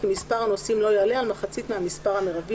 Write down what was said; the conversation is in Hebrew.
כי מספר הנוסעים לא יעלה על מחצית מהמספר המרבי